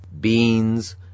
beans